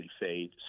fade